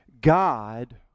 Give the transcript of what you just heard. God